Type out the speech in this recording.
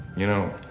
you know,